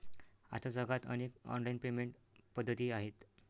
आता जगात अनेक ऑनलाइन पेमेंट पद्धती आहेत